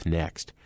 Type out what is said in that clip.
next